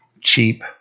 cheap